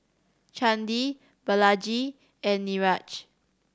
Chandi Balaji and Niraj